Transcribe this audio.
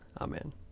amen